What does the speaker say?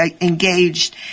engaged